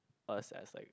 us as like